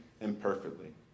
imperfectly